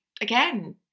again